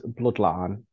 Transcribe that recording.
Bloodline